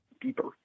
deeper